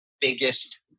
biggest